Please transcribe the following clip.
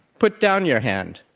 put down your hand.